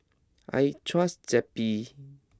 I trust Zappy